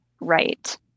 right